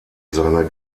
seiner